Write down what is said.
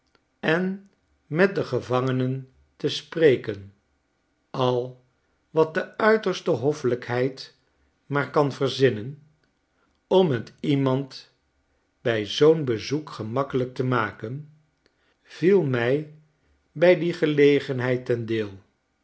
en met de gevangenen te spreken al wat de uiterste hoffelijkheid maar kan verzinnen om t iemand bij zoo'n bezoek gemakkelijk te maken viel mij bij die gelegenheid ten deel